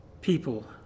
People